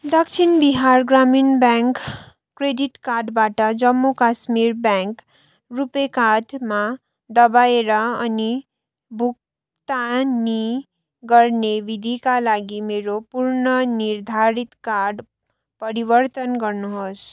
दक्षिण बिहार ग्रामीण bank credit कार्डबाट जम्मू काश्मीर ब्याङ्क रुपे कार्डमा दबाएर अनि भुक्तानी गर्ने विधिका लागि मेरो पूर्णनिर्धारित कार्ड परिवर्तन गर्नुहोस्